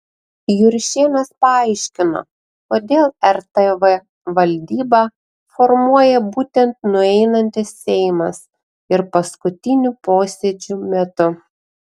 juršėnas paaiškino kodėl rtv valdybą formuoja būtent nueinantis seimas ir paskutinių posėdžių metu